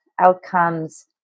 outcomes